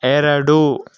ಎರಡು